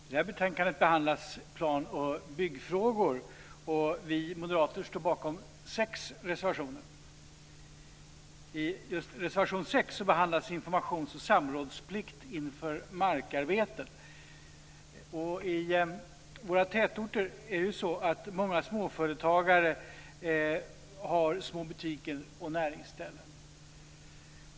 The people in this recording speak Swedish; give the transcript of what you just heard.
Fru talman! I det här betänkandet behandlas planoch byggfrågor. Vi moderater står bakom sex reservationer. I reservation 6 behandlas informations och samrådsplikt inför markarbeten. I våra tätorter är det ju så att många småföretagare har små butiker och näringsställen.